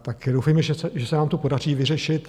Tak doufejme, že se nám to podaří vyřešit.